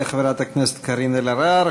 תודה לחברת הכנסת קארין אלהרר.